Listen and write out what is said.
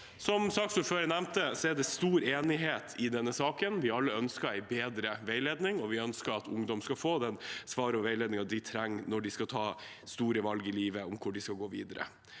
Som saksordføreren nevnte, er det stor enighet i denne saken. Vi ønsker alle en bedre veiledning, og vi ønsker at ungdom skal få de svarene og den veiledningen de trenger, når de skal ta store valg i livet om hvor de skal gå videre.